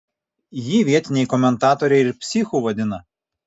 jį vietiniai komentatoriai ir psichu vadina